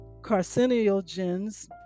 carcinogens